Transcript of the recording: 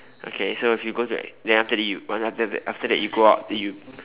okay so if you go to like then after that you after that you go out then you